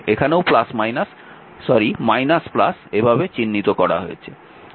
এখানেও এভাবে চিহ্নিত করা হয়েছে